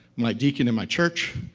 my deacon in my church,